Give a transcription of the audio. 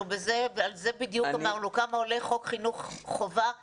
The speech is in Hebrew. בזה ועל זה בדיוק אמרנו: כמה עולה חוק חינוך חובה חינם,